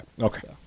Okay